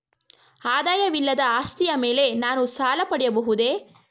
ಆದಾಯವಿಲ್ಲದ ಆಸ್ತಿಯ ಮೇಲೆ ನಾನು ಸಾಲ ಪಡೆಯಬಹುದೇ?